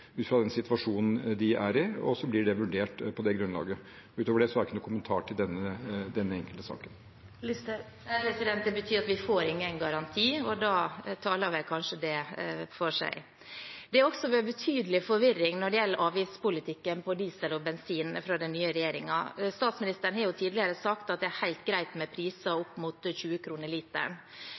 ut fra den situasjonen de er i, og så blir det vurdert på det grunnlaget. Utover det har jeg ikke noen kommentar til denne enkelte saken. Det betyr at vi får ingen garanti, og da taler vel kanskje det for seg. Det har også vært betydelig forvirring når det gjelder avgiftspolitikken på diesel og bensin fra den nye regjeringen. Statsministeren har jo tidligere sagt at det er helt greit med priser opp mot 20